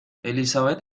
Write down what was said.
elisabet